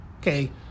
okay